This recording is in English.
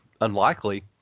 unlikely